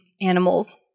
animals